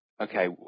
Okay